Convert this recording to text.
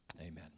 Amen